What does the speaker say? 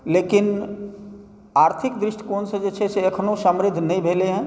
लेकिन आर्थिक दृष्टिकोणसँ जे छै से एखनो समृद्ध नहि भेलैए